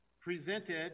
presented